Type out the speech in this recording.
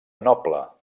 noble